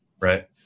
right